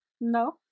No